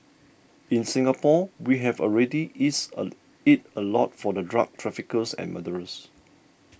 in Singapore we have already eased it a lot for the drug traffickers and murderers